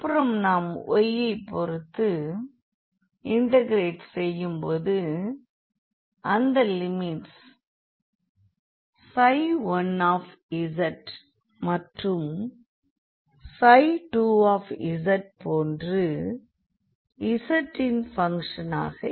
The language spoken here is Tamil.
அப்புறம் நாம் y ஐ பொறுத்து இன்டெகிரெட் செய்யும் போது அதன் லிமிட்ஸ் 1z மற்றும் 2z போன்று z இன் பங்க்ஷன் ஆகும்